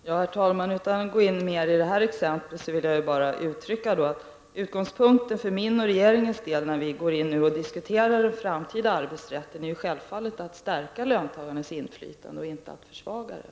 Herr talman! Utan att gå in mer på detta exempel vill jag bara uttrycka att utgångspunkten för min och regeringens del när vi diskuterar den framtida arbetsrätten är att vi självfallet skall stärka löntagarens inflytande och inte försvaga det.